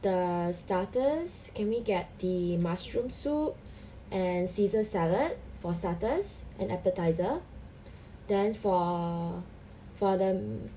the starters can we get the mushroom soup and caesar salad for starters an appetiser then for for the